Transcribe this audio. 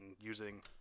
using